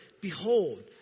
Behold